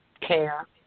care